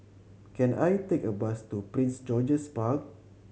can I take a bus to Prince George's Park